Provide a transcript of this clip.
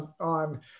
on